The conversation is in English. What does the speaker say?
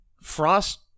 Frost